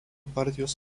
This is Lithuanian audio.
partijos